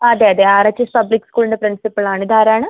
അതെ അതെ R H public സ്കൂളിന്റെ പ്രിൻസിപ്പിളാണ് ഇതാരാണ്